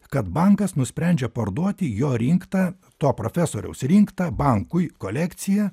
kad bankas nusprendžia parduoti jo rinktą to profesoriaus rinktą bankui kolekciją